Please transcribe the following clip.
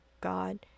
god